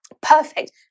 Perfect